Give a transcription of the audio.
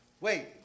Wait